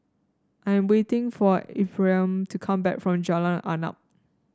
I'm waiting for Ephraim to come back from Jalan Arnap